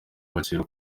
bazira